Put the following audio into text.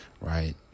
right